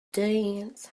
dance